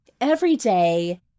everyday